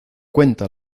cuenta